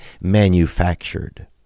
manufactured